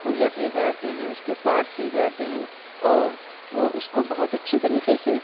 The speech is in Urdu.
پرجا صحیح کراتے ہیں اس کے پارٹس صحیح کراتے ہیں اور وہ اس کو بہت اچھے طریقے سے